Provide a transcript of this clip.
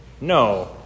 No